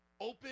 open